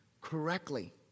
correctly